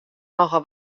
nochal